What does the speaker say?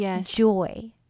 joy